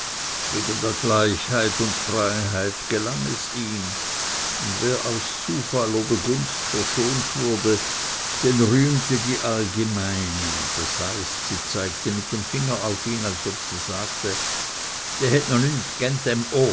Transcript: wegen der gleichheit und freiheit gelang es ihm und wer aus zufall oder gunst verschont wurde den rühmt die allgemeine das heißt sie zeigt mit dem finger auf ihn als ob sie sagte dä het no